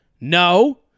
No